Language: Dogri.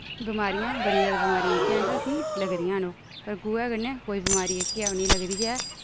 बमारियां बड़ी जैदा बमारियां जेह्कियां हैन असें गी लगदियां न ओह् पर गोहे कन्नै कोई बमारी जेह्की ऐ ओह् नेईं लगदी ऐ